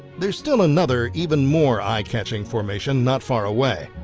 there's still another even more eye-catching formation not far away.